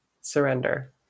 surrender